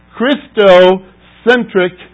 Christocentric